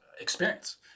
experience